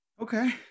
okay